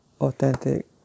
authentic